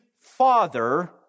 father